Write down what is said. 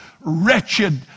wretched